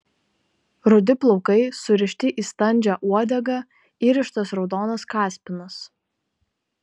rudi plaukai surišti į standžią uodegą įrištas raudonas kaspinas